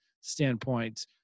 standpoint